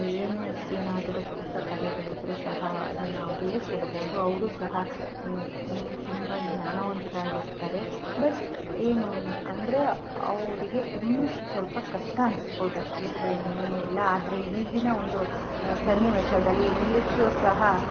ಈ ಏನೇ ಏನಾದರು ಕೆಲಸ ಕಾರ್ಯಗಳಿದ್ರು ಸಹ ಅದನ್ನು ಅವರಿಗೂ ಕೊಡ್ಬೋದು ಅವರು ಸಹ ಏನು ತುಂಬ ಜ್ಞಾನವಂತರು ಆಗಿರ್ತಾರೆ ಬಟ್ ಏನು ಅಂದರೆ ಅವರಿಗೆ ಇಂಗ್ಲೀಷ್ ಸ್ವಲ್ಪ ಕಷ್ಟ ಅನಿಸ್ಬೋದ್ ಅಷ್ಟು ಬಿಟ್ಟರೆ ಇನ್ನೇನು ಎಲ್ಲ ಆದರೆ ಈಗಿನ ಒಂದು ಸನ್ನಿವೇಶದಲ್ಲಿ ಇಂಗ್ಲೀಷು ಸಹ